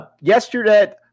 yesterday